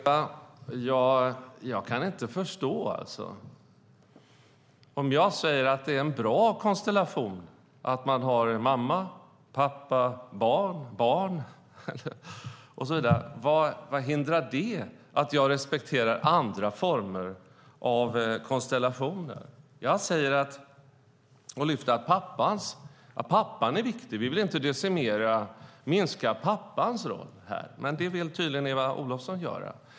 Herr talman! Jag kan inte förstå detta. Om jag säger att det är en bra konstellation med mamma-pappa-barn, vad hindrar det att jag respekterar andra former av konstellationer? Jag lyfter fram pappans roll och säger att han är viktig. Vi vill inte minska pappans roll, men det vill tydligen Eva Olofsson göra.